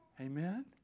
Amen